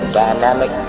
dynamic